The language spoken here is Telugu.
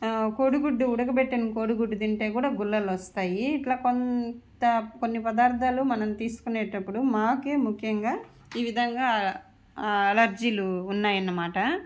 కోడిగుడ్డు ఉడకబెట్టిన కోడిగుడ్డు తింటే కూడా గుల్లలు వస్తాయి ఇట్లా కొంత కొన్ని పదార్థాలు మనం తీసుకునేటప్పుడు మాకే ముఖ్యంగా ఈ విధంగా అలర్జీలు ఉన్నాయన్నమాట